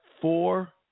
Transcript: four